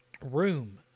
room